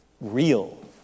real